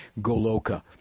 Goloka